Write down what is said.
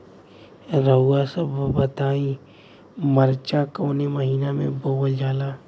रउआ सभ बताई मरचा कवने महीना में बोवल जाला?